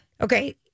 Okay